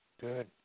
good